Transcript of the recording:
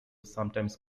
sometimes